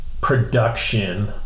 production